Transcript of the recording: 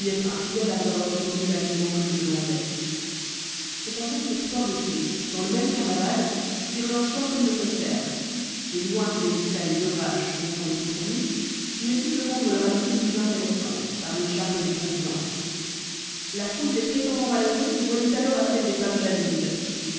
infidèle avant d'avoir obtenu l'agrément que je demandais cependant nos trois beautés dans le même carnaval firent leur choix comme de concert loin qu'il excitât les orages qu'on s'en était promis il ne fit que rendre leur amitié plus intéressante par le charme des confidences la foule des prétendants malheureux se joignit alors à celle des femmes jalouses